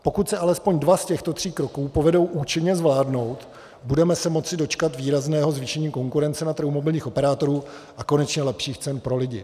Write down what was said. Pokud se alespoň dva z těchto tří kroku povedou účinně zvládnout, budeme se moci dočkat výrazného zvýšení konkurence na trhu mobilních operátorů a konečně lepších cen pro lidi.